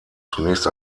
zunächst